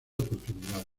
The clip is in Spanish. oportunidades